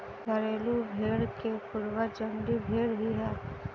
घरेलू भेंड़ के पूर्वज जंगली भेंड़ ही है